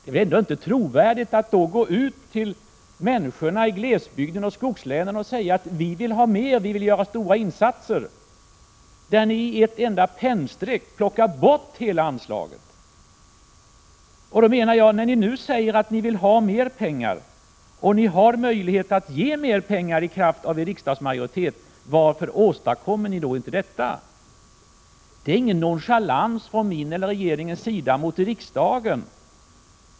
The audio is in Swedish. Det är väl inte trovärdigt om ni då går ut och säger till människorna i glesbygden och skogslänen att ni vill ha mera pengar och att ni vill göra stora satsningar då ni i ett enda pennstreck plockar bort hela anslaget. När ni nu säger att ni vill ha mera pengar och har möjlighet att få det i kraft av en riksdagsmajoritet, varför ser ni inte till att få det? Det är ingen nonchalans från min eller regeringens sida mot riksdagen.